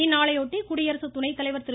இந்நாளையொட்டி குடியரசு துணைத்தலைவர் திரு